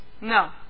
No